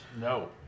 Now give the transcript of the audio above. No